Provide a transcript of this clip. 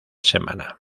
semana